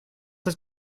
het